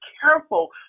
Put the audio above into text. careful